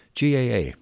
GAA